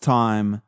time